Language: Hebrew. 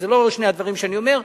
וזה לא שני הדברים שאני אומר,